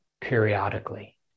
periodically